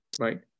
right